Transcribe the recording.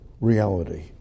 reality